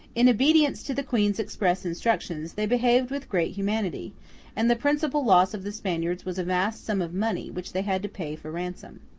in obedience to the queen's express instructions, they behaved with great humanity and the principal loss of the spaniards was a vast sum of money which they had to pay for ransom.